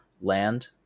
land